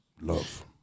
Love